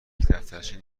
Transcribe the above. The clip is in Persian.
دفترچه